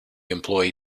employee